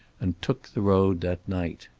and took the road that night.